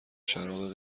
شراب